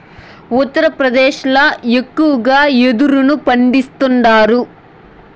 ఉత్తరప్రదేశ్ ల ఎక్కువగా యెదురును పండిస్తాండారు